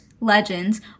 legends